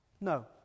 No